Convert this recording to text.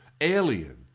alien